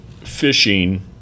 fishing